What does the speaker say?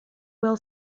will